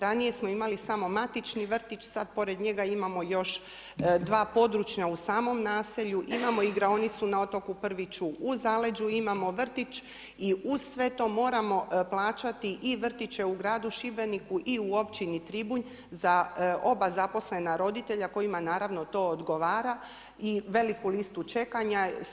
Ranije smo imali samo matični vrtić, sada pored njega imamo još dva područna u samom naselju, imamo igraonicu na otoku Prviću u zaleđu imamo vrtić i uz sve to moramo plaćati i vrtiće u gradu Šibeniku i u Općini Tribunj za oba zaposlena roditelja kojima naravno to odgovara i veliku listu čekanja.